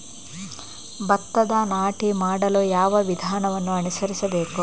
ಭತ್ತದ ನಾಟಿ ಮಾಡಲು ಯಾವ ವಿಧಾನವನ್ನು ಅನುಸರಿಸಬೇಕು?